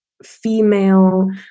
female